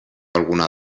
alguna